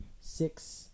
six